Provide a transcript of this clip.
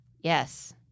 yes